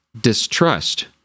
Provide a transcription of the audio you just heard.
distrust